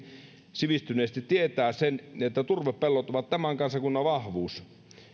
sivistyneesti tietää sen että turvepellot ovat tämän kansakunnan vahvuus